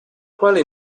quale